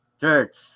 church